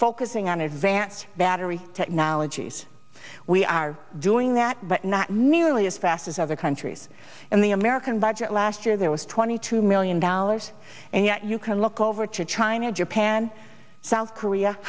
focusing on advanced battery technologies we are doing that but not nearly as fast as other countries in the american budget last year there was twenty two million dollars and yet you can look over to china japan south korea